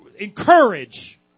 encourage